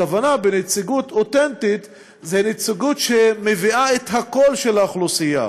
הכוונה בנציגות אותנטית זה נציגות שמביאה את הקול של האוכלוסייה